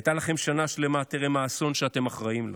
הייתה לכם שנה שלמה טרם האסון שאתם אחראים לו.